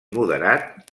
moderat